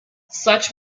such